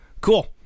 Cool